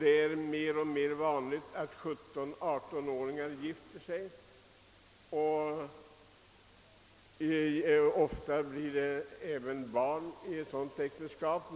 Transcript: Det blir mer och mer vanligt att ungdomar gifter sig vid 17—18 års ålder och ofta blir det även barn i sådana äktenskap.